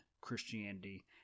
Christianity